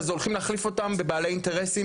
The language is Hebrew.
אז הולכים להחליף אותם בבעלי אינטרסים